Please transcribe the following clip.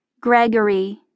Gregory